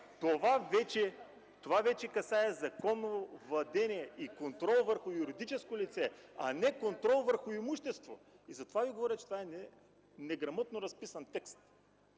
Това вече касае законно владение и контрол върху юридическо лице, а не контрол върху имущество. Затова Ви говоря, че това е неграмотно разписан текст.